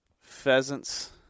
pheasants